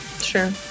Sure